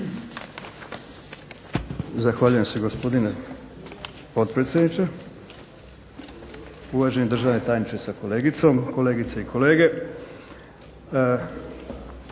Zahvaljujem se gospodine potpredsjedniče, uvaženi državni tajniče sa kolegicom, kolegice i kolege.